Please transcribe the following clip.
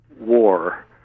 war